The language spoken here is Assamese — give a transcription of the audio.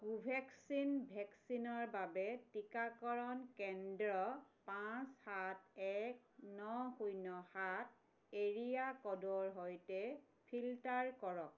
কোভেক্সিন ভেকচিনৰ বাবে টীকাকৰণ কেন্দ্ৰ পাঁচ সাত এক ন শূন্য সাত এৰিয়া ক'ডৰ সৈতে ফিল্টাৰ কৰক